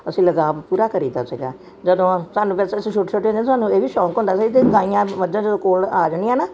ਅਸੀਂ ਲਗਾਅ ਪੂਰਾ ਕਰੀਦਾ ਸੀਗਾ ਜਦੋਂ ਸਾਨੂੰ ਵੈਸੇ ਅਸੀਂ ਛੋਟੇ ਛੋਟੇ ਹੁੰਦੇ ਸਾਨੂੰ ਇਹ ਵੀ ਸ਼ੌਂਕ ਹੁੰਦਾ ਅਸੀਂ ਗਾਈਆਂ ਮੱਝਾਂ ਜਦੋਂ ਕੋਲ ਆ ਜਾਂਦੀਆਂ ਨਾ